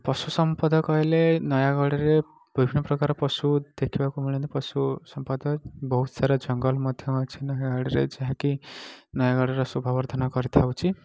ପଶୁସମ୍ପଦ କହିଲେ ନୟାଗଡ଼ରେ ବିଭିନ୍ନ ପ୍ରକାରର ପଶୁ ଦେଖିବାକୁ ମିଳନ୍ତି ପଶୁସମ୍ପଦ ବହୁତ ସାରା ଜଙ୍ଗଲ ମଧ୍ୟ ଅଛି ନୟାଗଡ଼ରେ ରହିଛି ଯାହାକି ନୟାଗଡ଼ର ଶୋଭାବର୍ଦ୍ଧନ କରିଥାଉଛି